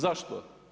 Zašto?